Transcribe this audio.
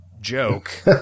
joke